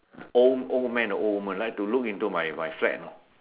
old old man or old woman like to look into my my flat you know